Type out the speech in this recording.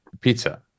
pizza